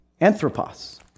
anthropos